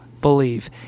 believe